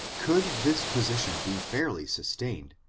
could this position be fairly sustained,